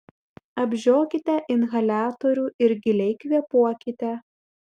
apžiokite inhaliatorių ir giliai kvėpuokite